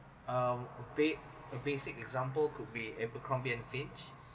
um ba~ a basic example could be abercrombie and fitch